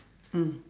mm